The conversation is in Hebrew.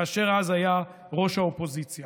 כאשר אז הוא היה ראש האופוזיציה.